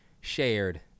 shared